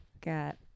got